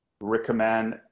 recommend